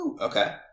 Okay